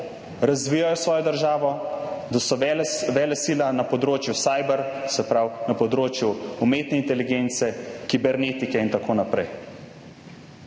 razvijajo svojo državo, da so velesila na področju cyber, se pravi na področju umetne inteligence, kibernetike in tako naprej.